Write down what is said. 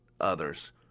others